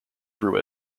through